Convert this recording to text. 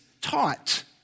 taught